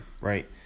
right